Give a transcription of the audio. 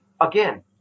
again